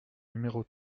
numéro